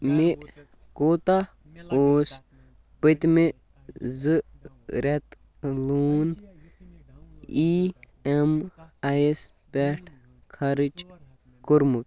مےٚ کوٗتہ اوس پٔتمہِ زٕ رٮ۪تہٕ لون ای ایم آیۍ یَس پٮ۪ٹھ خرٕچ کوٚرمُت؟